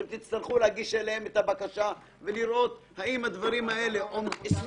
אתם תצטרכו להגיש אליהם את הבקשה ולראות האם הדברים האלה עומדים.